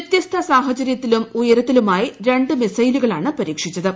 വൃത്യസ്ത സാഹചരൃത്തിലും ഉയരത്തിലുമായി ര ് മിസൈലുകളാണ് പരീക്ഷിച്ചത്